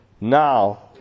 now